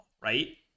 right